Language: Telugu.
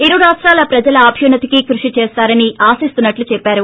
ఇరు రాష్టాల ప్రజల అభ్యున్న తికి కృషి చేస్తారని ఆశిస్తున్నట్లు చెప్పారు